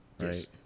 Right